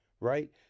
Right